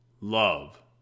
Love